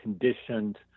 conditioned